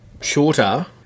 shorter